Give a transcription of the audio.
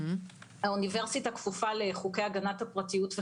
האוניברסיטה כפופה לחוקי הגנת הפרטיות.